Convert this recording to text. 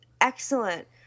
Excellent